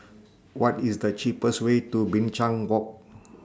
What IS The cheapest Way to Binchang Walk